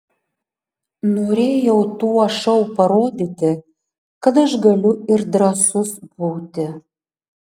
norėjau tuo šou parodyti kad aš galiu ir drąsus būti